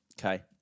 Okay